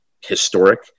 historic